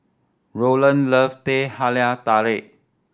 Roland love Teh Halia Tarik